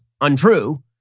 untrue